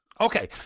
Okay